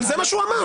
אבל זה מה שהוא אמר.